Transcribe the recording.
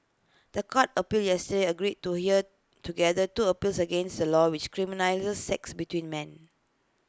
The Court appeal yesterday agreed to hear together two appeals against A law which criminalises sex between men